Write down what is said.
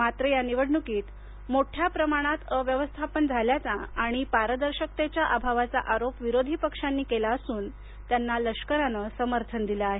मात्र या निवडणुकीत मोठ्या प्रमाणात अव्यवस्थापन झाल्याचा आणि पारदर्शकतेच्या अभावाचा आरोप विरोधी पक्षांनी केला असून त्यांना लष्कराने समर्थन दिले आहे